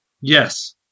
Yes